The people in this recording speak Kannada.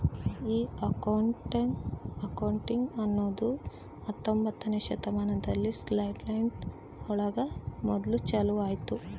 ಈ ಅಕೌಂಟಿಂಗ್ ಅನ್ನೋದು ಹತ್ತೊಂಬೊತ್ನೆ ಶತಮಾನದಲ್ಲಿ ಸ್ಕಾಟ್ಲ್ಯಾಂಡ್ ಒಳಗ ಮೊದ್ಲು ಚಾಲೂ ಆಯ್ತು